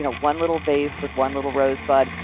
ah one little vase with one little rosebud,